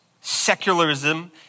secularism